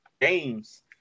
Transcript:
games